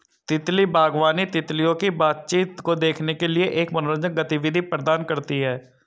तितली बागवानी, तितलियों की बातचीत को देखने के लिए एक मनोरंजक गतिविधि प्रदान करती है